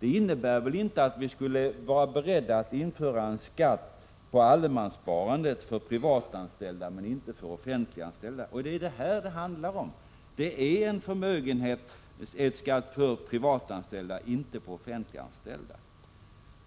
Det innebär väl inte att vi skulle vara beredda att införa en skatt på allemanssparandet för privat anställda men inte för offentligt anställda. Vad det hela handlar om är alltså en förmögenhetsskatt som drabbar privat anställda men inte offentligt anställda. Om